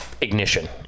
ignition